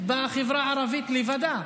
בחברה הערבית לבדה.